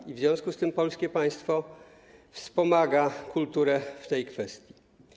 I w związku z tym polskie państwo wspomaga kulturę w tej kwestii.